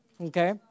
Okay